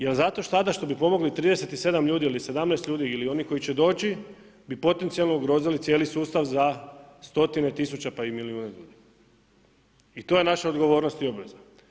Jel zato sada što bi pomogli 37 ljudi ili 17 ljudi ili oni koji će doći bi potencijalno ugrozili cijeli sustav za stotine tisuća pa i milijune ljudi i to je naša odgovornost i obveza.